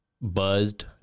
buzzed